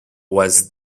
was